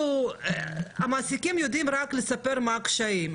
המעסיקים יודעים לספר רק מה הקשיים,